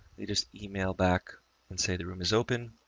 they just email back and say, the room is open.